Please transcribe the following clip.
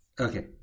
Okay